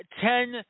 ten